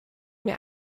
mir